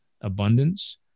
abundance